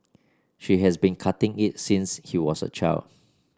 she has been cutting it since he was a child